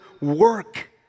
work